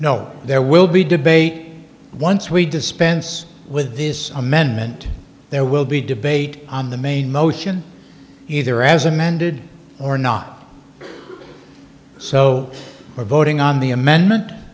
know there will be debate once we dispense with this amendment there will be debate on the main motion either as amended or not so we're voting on the amendment